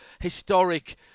historic